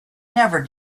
never